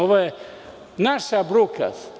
Ovo je naša bruka.